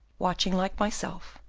watching like myself,